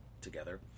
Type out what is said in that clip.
together